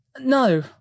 No